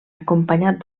acompanyat